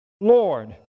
Lord